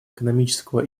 экономического